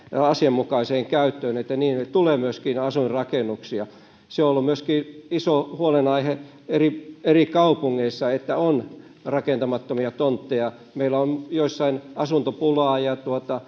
asianmukaiseen käyttöön että niille tulee myöskin asuinrakennuksia se on ollut myöskin iso huolenaihe eri eri kaupungeissa että on rakentamattomia tontteja meillä on joissain asuntopulaa ja